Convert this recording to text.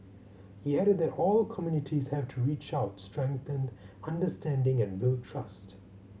he added that all communities have to reach out strengthen understanding and build trust